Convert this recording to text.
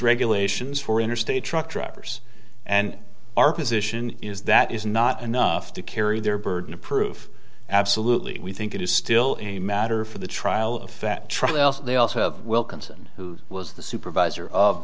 regulations for interstate truck drivers and our position is that is not enough to carry their burden of proof absolutely we think it is still in a matter for the trial of fact trial they also have wilkinson who was the supervisor of